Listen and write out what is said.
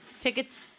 tickets